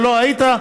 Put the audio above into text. כשלא היית,